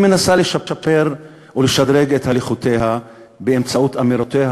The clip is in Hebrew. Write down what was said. היא מנסה לשפר ולשדרג את הליכותיה באמצעות אמירותיה,